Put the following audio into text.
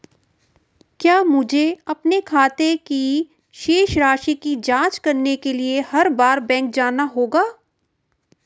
क्या मुझे अपने खाते की शेष राशि की जांच करने के लिए हर बार बैंक जाना होगा?